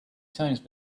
times